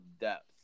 depth